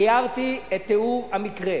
תיארתי את תיאור המקרה.